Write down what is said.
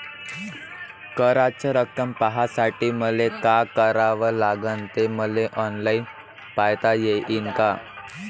कराच रक्कम पाहासाठी मले का करावं लागन, ते मले ऑनलाईन पायता येईन का?